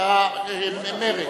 העבודה ומרצ,